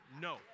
No